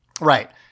Right